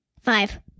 Five